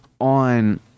on